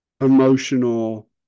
emotional